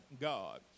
God